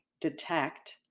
detect